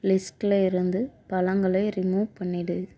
லிஸ்ட்டில் இருந்து பழங்களை ரிமூவ் பண்ணிவிடு